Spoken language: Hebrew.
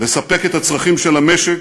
לספק את הצרכים של המשק,